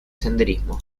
senderismo